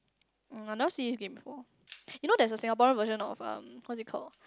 mm I never see this game before you know there's a Singaporean version of um what is it called